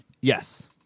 Yes